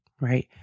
Right